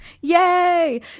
Yay